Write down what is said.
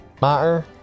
matter